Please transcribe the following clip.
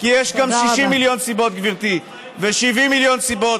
תודה רבה.